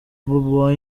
bobi